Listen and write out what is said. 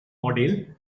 model